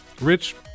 Rich